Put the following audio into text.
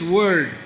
word